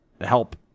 help